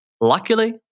Luckily